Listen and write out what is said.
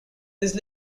these